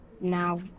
now